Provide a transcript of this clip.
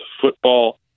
football